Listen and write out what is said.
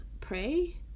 pray